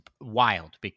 wild